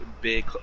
Big